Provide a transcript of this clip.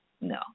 No